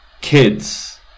kids